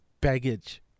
baggage